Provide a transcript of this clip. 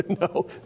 no